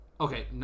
Okay